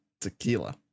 tequila